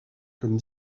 comme